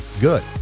good